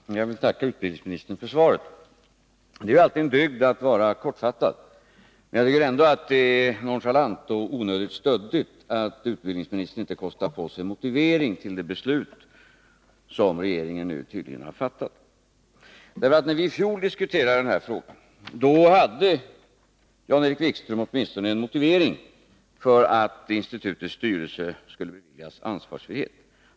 Fru talman! Jag vill tacka utbildningsministern för svaret. Det är alltid en dygd att vara kortfattad. Men jag tycker ändå att det är nonchalant och onödigt stöddigt av utbildningsministern att inte kosta på sig en motivering till det beslut som regeringen tydligen har fattat. När vi i fjol diskuterade frågan hade Jan-Erik Wikström åtminstone en motivering till att filminstitutets styrelse skulle beviljas ansvarsfrihet.